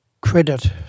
credit